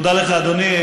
תודה לך, אדוני.